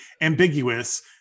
ambiguous